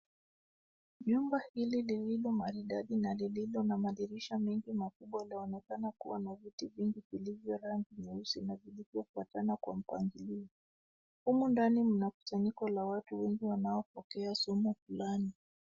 Jumba hili lililo maridadi na lililo na madirisha mengi linaonekana kuwa na viti vilivyo rangi nyeusi na vilivyofuatana kwa mpangilio. Humo ndani mna kusanyiko la watu wengi wanaopokea somo fulani.